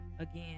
Again